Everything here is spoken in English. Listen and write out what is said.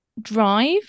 drive